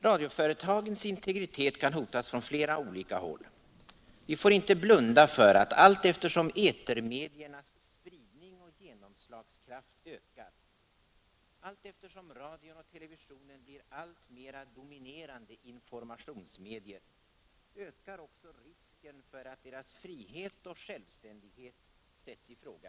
Radioföretagens integritet kan hotas från flera olika håll. Vi får inte blunda för att allteftersom etermediernas spridning och genomslagskraft ökar, allteftersom radion och televisionen blir alltmer dominerande informationsmedier, ökar också risken för att deras frihet och självständighet sätts i fråga.